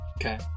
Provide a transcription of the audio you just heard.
Okay